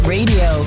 Radio